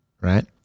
right